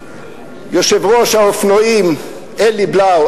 יושב-ראש ארגון רוכבי האופנועים אלי בלאו,